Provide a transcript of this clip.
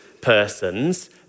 persons